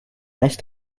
nice